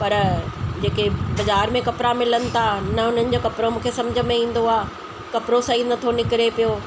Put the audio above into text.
पर जेके बज़ारि में कपिड़ा मिलनि था न उन्हनि जो कपिड़ो मूंखे समुझ में ईंदो आहे कपिड़ो सही न थो निकिरे पियो